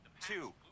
two